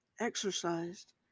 exercised